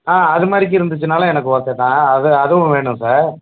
ஆ அது மாதிரிக்கி இருந்துச்சுன்னாலும் எனக்கு ஓகே தான் அது அதுவும் வேணும் சார்